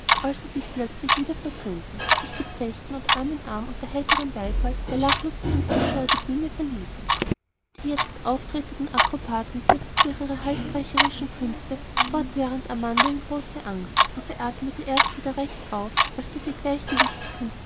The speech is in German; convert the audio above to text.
als sie sich plötzlich wieder versöhnten sich bezechten und arm in arm unter dem heiteren beifall der lachlustigen zuschauer die bühne verließen die jetzt auftretenden akrobaten setzten durch ihre halsbrecherischen künste fortwährend amanda in große angst und sie atmete erst wieder recht auf als diese